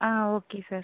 okay sir